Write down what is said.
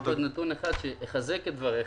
אבל עוד נתון אחד שיחזק את דבריך.